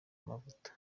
amavuta